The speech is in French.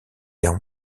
guerre